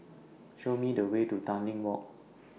Show Me The Way to Tanglin Walk